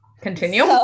Continue